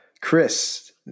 Chris